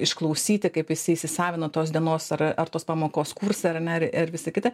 išklausyti kaip jisai įsisavino tos dienos ar ar tos pamokos kursą ar ne ir visa kita